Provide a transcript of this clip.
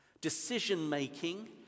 Decision-making